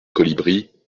colibris